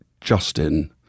Justin –